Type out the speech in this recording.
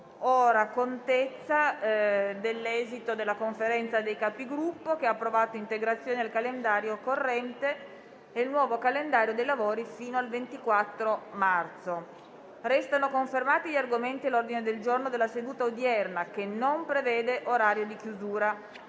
una nuova finestra"). La Conferenza dei Capigruppo ha approvato integrazioni al calendario corrente e il nuovo calendario dei lavori fino al 24 marzo. Restano confermati gli argomenti all'ordine del giorno della seduta odierna, che non prevede orario di chiusura.